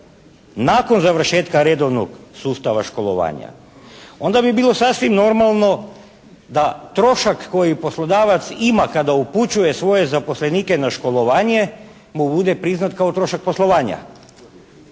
nakon završetka redovnog sustava školovanja. Onda bi bilo sasvim normalno da trošak koji poslodavac ima kada upućuje svoje zaposlenike na školovanje mu bude priznat kao trošak poslovanja,